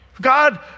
God